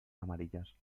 amarillas